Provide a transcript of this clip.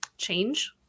change